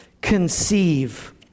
conceive